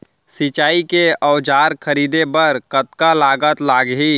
सिंचाई के औजार खरीदे बर कतका लागत लागही?